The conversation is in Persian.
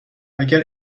اگر